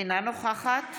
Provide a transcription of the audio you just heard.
אינה נוכחת